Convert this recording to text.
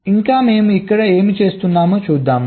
ఇంకా మేము ఇక్కడ ఏమి చేస్తున్నాము చూద్దాం